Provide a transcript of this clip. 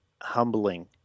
humbling